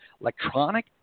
electronic